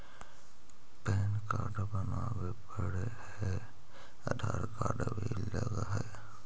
Pan card बनावे पडय है आधार कार्ड भी लगहै?